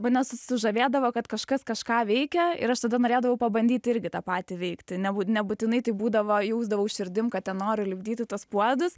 mane sužavėdavo kad kažkas kažką veikia ir aš tada norėdavau pabandyt irgi tą patį veikti nebū nebūtinai tai būdavo jausdavau širdim kad ten noriu lipdyti tuos puodus